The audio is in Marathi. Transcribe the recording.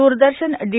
दूरदर्शन डी